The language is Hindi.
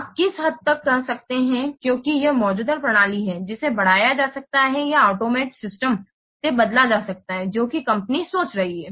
आप किस हद तक कह सकते हैं क्योंकि यह मौजूदा प्रणाली है जिसे बढ़ाया जा सकता है या ऑटोमेटेड सिस्टम से बदला जा सकता है जो कि कंपनी सोच रही है